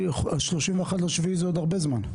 ה-31 ביולי זה עוד הרבה זמן.